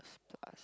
plus